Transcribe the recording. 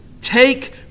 take